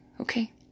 okay